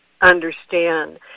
understand